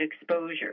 exposure